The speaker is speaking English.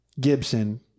Gibson